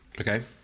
Okay